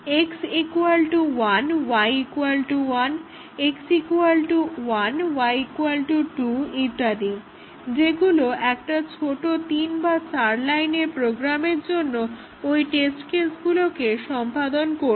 x1 y1 x1 y2 ইত্যাদি যেগুলো একটা ছোটো তিন বা চার লাইনের প্রোগ্রামের জন্য ওই টেস্ট কেসগুলোকে সম্পাদন করবে